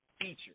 feature